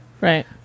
right